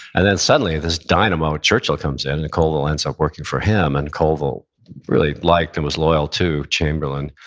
and then suddenly this dynamo churchill comes in and colville ends up working for him, him, and colville really liked and was loyal to chamberlain.